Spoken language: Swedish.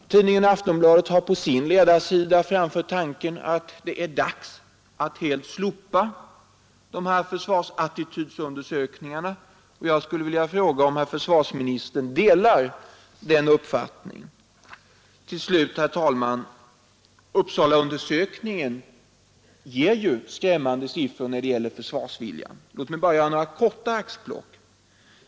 Tidningen Aftonbladet har på sin ledarsida framfört tanken att det är dags att helt slopa försvarsattitydsundersökningarna. Jag skulle vilja fråga om herr försvarsministern delar den uppfattningen. Till slut, herr talman! Uppsalaundersökningen ger ju skrämmande siffror när det gäller försvarsviljan. Låt mig bara göra några korta axplock.